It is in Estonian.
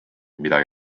midagi